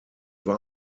war